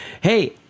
Hey